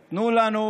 תנו לנו,